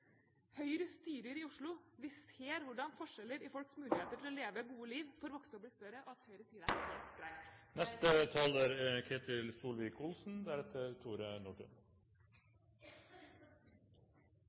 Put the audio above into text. Høyre styrer i Oslo. Vi ser hvordan forskjeller i folks muligheter til å leve gode liv får vokse og bli større, og at Høyre sier det er helt greit.